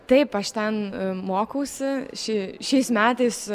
taip aš ten mokausi ši šiais metais